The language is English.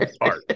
art